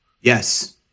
Yes